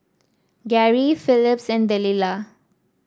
Garry Philip and Delila